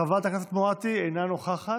חברת הכנסת מואטי, אינה נוכחת.